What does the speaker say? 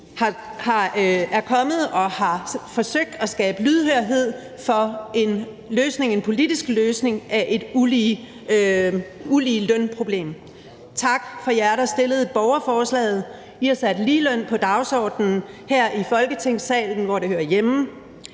er kommet og har forsøgt at skabe lydhørhed for en politisk løsning af et uligelønproblem. Tak til jer, der har stillet borgerforslaget. I har sat ligeløn på dagsordenen her i Folketingssalen, hvor det hører hjemme.